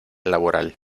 laboral